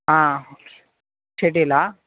shuttle